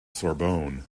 sorbonne